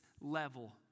level